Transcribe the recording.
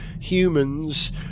humans